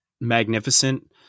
magnificent